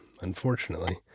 unfortunately